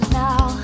now